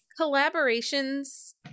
collaborations